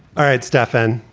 all right, stefan,